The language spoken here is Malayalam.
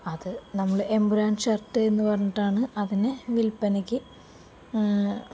അത് നമ്മള് എമ്പുരാന് ഷർട്ട് എന്നുപറഞ്ഞിട്ടാണ് അതിനെ വില്പ്പനയ്ക്ക്